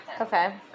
Okay